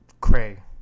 Cray